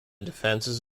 defenses